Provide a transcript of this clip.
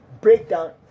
breakdown